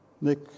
Nick